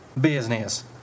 business